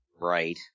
Right